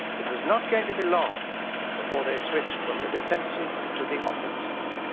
it was not going to be long before they switched from the defensive to the offensive.